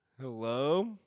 Hello